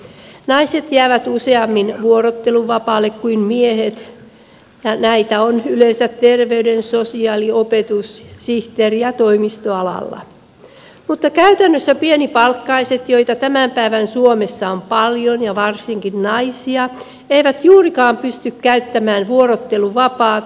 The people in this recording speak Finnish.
naiset jäävät useammin vuorotteluvapaalle kuin miehet ja näitä on yleensä terveys sosiaali opetus sihteeri ja toimistoalalla mutta käytännössä pienipalkkaiset joita tämän päivän suomessa on paljon ja varsinkin naisia eivät juurikaan pysty käyttämään vuorotteluvapaata